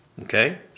Okay